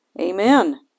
Amen